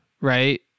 right